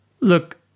Look